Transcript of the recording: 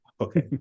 Okay